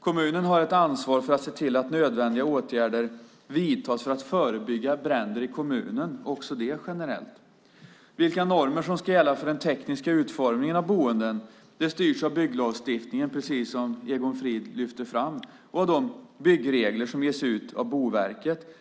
Kommunen har ett ansvar för att se till att nödvändiga åtgärder vidtas för att förebygga bränder i kommunen - också det generellt. Vilka normer som ska gälla för den tekniska utformningen av boenden styrs av bygglagstiftningen, precis som Egon Frid lyfte fram, och av de byggregler som ges ut av Boverket.